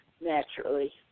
naturally